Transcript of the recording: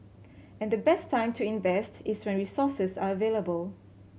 and the best time to invest is when resources are available